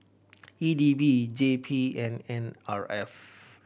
E D B J P and N R F